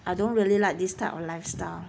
I don't really like this type of lifestyle